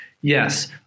Yes